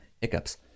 hiccups